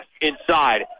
inside